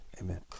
Amen